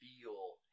feel